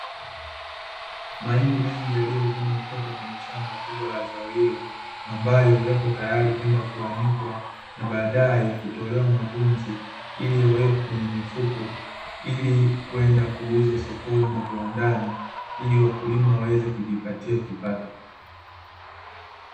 Mahindi mengi yaliyovunwa kutoka kwenye shamba kubwa la zao hilo, ambayo yapo tayari kwenda kuanikwa na baadae kutolewa magunzi, ili yawekwe kwenye mifuko ili kwenda kuuzwa sokoni na viwandani, ili wakulima waweze kujipatia kipato.